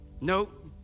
Nope